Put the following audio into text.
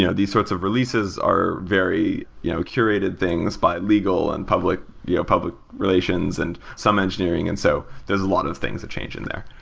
you know these sorts of releases are very you know curated things by legal and public you know public relations and some engineering, and so there's a lot of things to change in there.